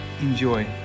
Enjoy